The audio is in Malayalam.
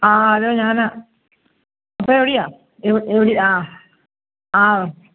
ആ ഹലോ ഞാനാണ് ഇപ്പം എവിടെയാണ് എവിടെയാണ് ആ ആ